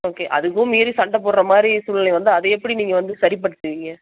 okay அதுவும் மீறி சண்டை போடுற மாதிரி சூழ்நிலை வந்தால் அதை வந்து நீங்கள் எப்படி சரிப்படுத்துவிங்க